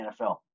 NFL